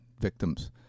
victims